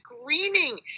screaming